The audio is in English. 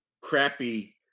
crappy